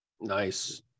Nice